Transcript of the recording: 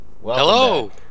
Hello